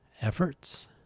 efforts